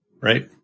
right